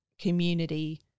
community